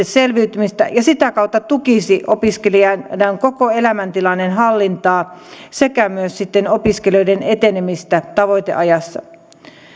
selviytymistä ja sitä kautta tukisi opiskelijan koko elämäntilanteen hallintaa sekä myös sitten opiskelijoiden etenemistä tavoiteajassa